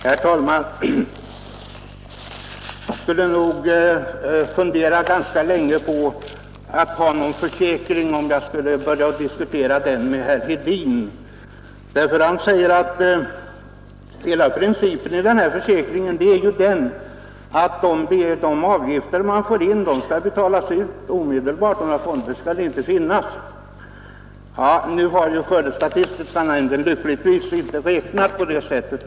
Herr talman! Jag skulle nog fundera ganska länge innan jag tog en försäkring, om jag skulle behöva diskutera den saken med herr Hedin. Han påstår att hela principen i denna försäkring är att de avgifter som kommer in skall betalas ut omedelbart — några fonder skall inte finnas. Nu har skördestatistiska nämnden lyckligtvis inte räknat på det sättet.